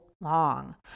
long